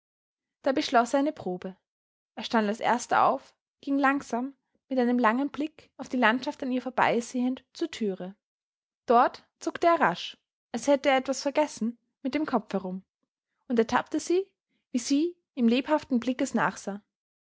da beschloß er eine probe er stand als erster auf ging langsam mit einem langen blick auf die landschaft an ihr vorbeisehend zur türe dort zuckte er rasch als hätte er etwas vergessen mit dem kopf herum und ertappte sie wie sie ihm lebhaften blickes nachsah